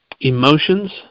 emotions